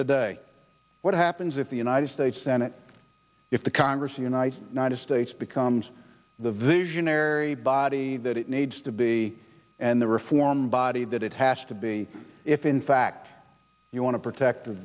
today what happens if the united states senate if the congress unites united states becomes the visionary body that it needs to be and the reform body that it has to be if in fact you want to protect the